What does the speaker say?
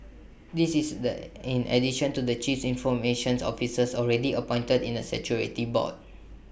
this is the in addition to the chief information officers already appointed in statutory boards